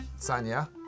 Sanya